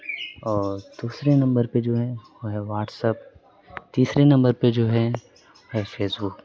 اور دوسرے نمبر پہ جو ہے وہ ہے واٹسپ تیسرے نمبر پہ جو ہے وہ ہے فیسبک